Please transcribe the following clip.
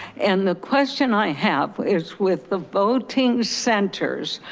and the question i have is with the voting centers,